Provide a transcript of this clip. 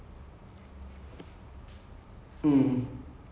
like he's job like how he gets money is like